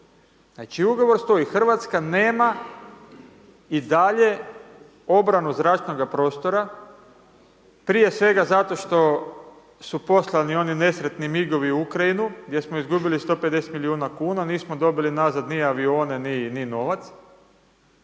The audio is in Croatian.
znači ugovor stoji, Hrvatska nema i dalje obranu zračnoga prostora, prije svega zato što su poslani oni nesretni MIG-ovi u Ukrajinu, gdje smo izgubili 150 milijuna kuna, nismo dobili nazad ni avione, ni novac,